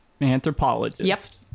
anthropologist